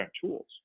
tools